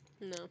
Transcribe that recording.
No